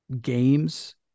games